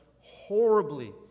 horribly